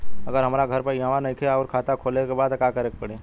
अगर हमार घर इहवा नईखे आउर खाता खोले के बा त का करे के पड़ी?